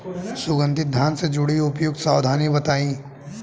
सुगंधित धान से जुड़ी उपयुक्त सावधानी बताई?